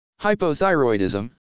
Hypothyroidism